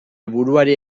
buruari